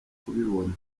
kubibona